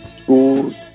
schools